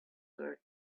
were